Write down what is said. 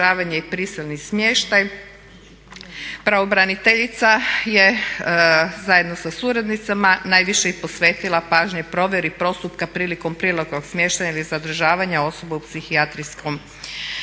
i prisilni smještaj. Pravobraniteljica je zajedno sa suradnicima najviše i posvetila pažnji i provjeri postupka prilikom privatnog smještaja ili zadržavanja osobe u psihijatrijskim